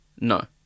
No